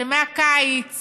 שמהקיץ